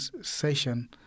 session